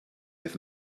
have